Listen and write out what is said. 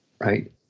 Right